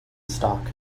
stock